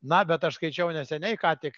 na bet aš skaičiau neseniai ką tik